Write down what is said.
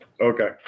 Okay